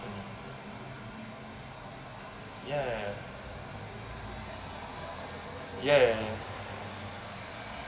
ya ya ya ya ya ya